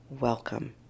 Welcome